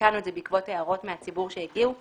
ותיקנו את זה בעקבות הערות שהגיעו מהציבור,